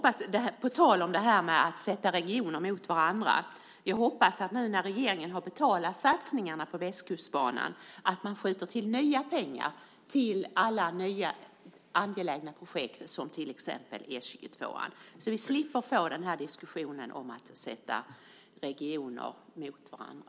På tal om detta att ställa regioner mot varandra hoppas jag att man nu när regeringen har betalat satsningar på Västkustbanan skjuter till nya pengar till alla nya angelägna projekt som till exempel E 22:an så att vi slipper att få diskussionen om att ställa regioner mot varandra.